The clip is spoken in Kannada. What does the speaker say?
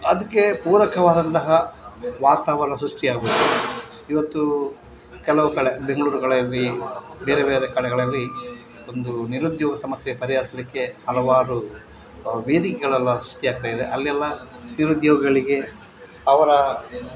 ಅದಕ್ಕೆ ಪೂರಕವಾದಂತಹ ವಾತಾವರ್ಣ ಸೃಷ್ಟಿಯಾಗಬೇಕು ಇವತ್ತು ಕೆಲವು ಕಡೆ ಬೆಂಗ್ಳೂರು ಕಡೆಯಲ್ಲಿ ಬೇರೆ ಬೇರೆ ಕಡೆಗಳಲ್ಲಿ ಒಂದು ನಿರುದ್ಯೋಗ ಸಮಸ್ಯೆ ಪರಿಹರಿಸ್ಲಿಕ್ಕೆ ಹಲವಾರು ವೇದಿಕೆಗಳೆಲ್ಲ ಸೃಷ್ಟಿ ಆಗ್ತಾಯಿದೆ ಅಲ್ಲಿಯೆಲ್ಲ ನಿರುದ್ಯೋಗಗಳಿಗೆ ಅವರ